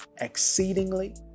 exceedingly